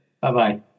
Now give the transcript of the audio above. Bye-bye